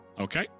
Okay